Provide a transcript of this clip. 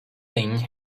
thing